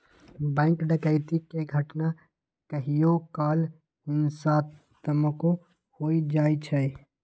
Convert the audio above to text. bank डकैती के घटना कहियो काल हिंसात्मको हो जाइ छइ